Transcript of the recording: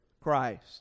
Christ